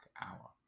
hour